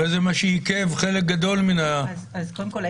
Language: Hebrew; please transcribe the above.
הרי זה מה שעיכב חלק גדול מהישיבות --- קודם כל,